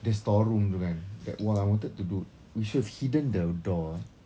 the store room tu kan that wall I wanted to do we should have hidden the door